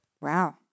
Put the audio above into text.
Wow